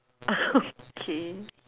okay